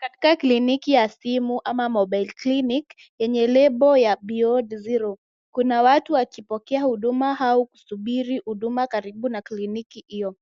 Katika kliniki ya simu ama mobile clinic lenye lebo ya beyond zero lina watu wakipokea huduma au kusubiri karibu na kliniki hiyo.